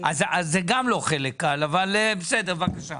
אז זה גם לא חלק קל אבל בסדר, בבקשה.